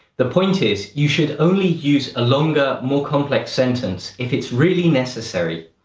the point is you should only use a longer, more complex sentence if it's really necessary.